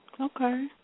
Okay